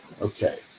Okay